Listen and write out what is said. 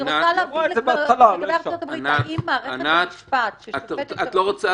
אני רוצה לדעת האם בארצות-הברית מערכת המשפט ששופטת -- ענת,